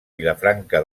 vilafranca